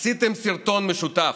עשיתם סרטון משותף.